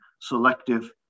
selective